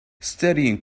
studying